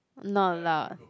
not lah